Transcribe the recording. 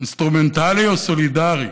אינסטרומנטלי או סולידרי.